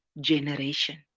generation